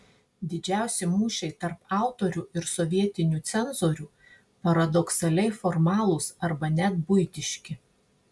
didžiausi mūšiai tarp autorių ir sovietinių cenzorių paradoksaliai formalūs arba net buitiški